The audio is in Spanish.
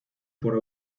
por